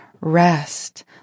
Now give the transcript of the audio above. rest